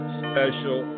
special